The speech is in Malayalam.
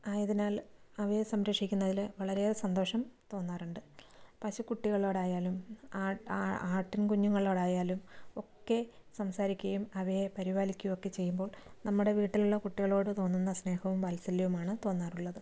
ആയതിനാൽ അവയെ സംരക്ഷിക്കുന്നതില് വളരെയേറെ സന്തോഷം തോന്നാറുണ്ട് പശുകുട്ടികളോടായാലും ആ ആ ആട്ടിൻ കുഞ്ഞുങ്ങളോടായാലും ഒക്കെ സംസാരിക്കുകയും അവയെ പരിപാലിക്കുകയും ഒക്കെ ചെയ്യുമ്പോൾ നമ്മുടെ വീട്ടിലുള്ള കുട്ടികളോട് തോന്നുന്ന സ്നേഹവും വാത്സല്യവുമാണ് തോന്നാറുള്ളത്